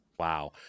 Wow